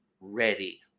ready